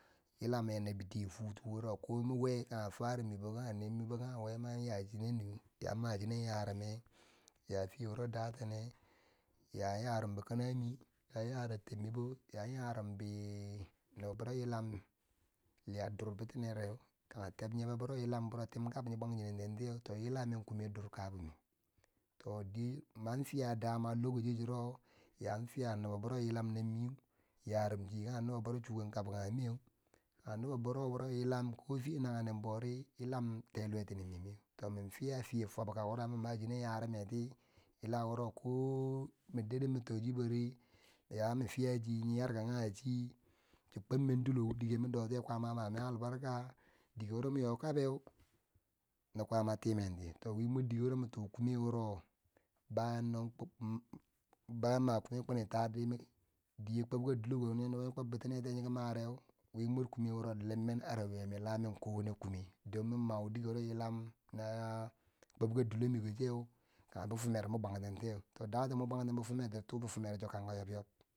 Yila men nabin diye futu wuro ko we kange farub mibo kange neb mebo kange man ya chinen di yan mashinen yarime, ya fiye wuro datee, ya yarum bi kinami, ya yarum tebmibo, ya yarumbi nobbobero yilam liyar durbitinere, kange teb nyebo wuro yilam biro tim kab nyo bwanchenen ten tiye to yila men kume dur kabin mi, to diye man fiya dama lokociyo churo ya fi ya nobbobero yilam na miu yarum chi kange nobbo biro chuken kabkanhemeu, kange nobbobero yilam ko fiye nangen bori yilam tiluwe tini meu men to min fiya fiye fobka, wuro ma ma chinen yarimeti yila wuro ko min dere ma to chibori ya min fiya chi, nyon yarkan kange chi, chin kwobmen dilo, dike min dotiye kwaama a ma men albarka, dike woro ma nyo kabeu na kwaama timenti to wi mordike wuro mi to kume wuro bayam noma kume kwini ta, ardi, diye kwobka diloko nyo nobbo nyon kwobtinetiyeu nyo ki mareu, wi mar kume wuro lim men a rayuwami lamen ko wanne kume don min mau dike wuro yilam na kwobka dilo meko cheu kange bifamero min bwantentiyeu to daten mwan bwanten bifimertiri to bifimeri cho kanko yob yob.